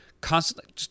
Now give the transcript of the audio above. constantly